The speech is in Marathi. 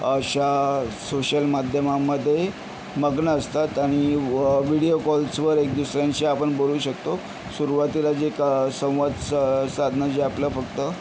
अशा सोशल माध्यमामध्ये मग्न असतात आणि व विडिओ कॉल्सवर एक दुसऱ्यांशी आपण बोलू शकतो सुरुवातीला जे क संवाद स साधणं जे आपल्या फक्त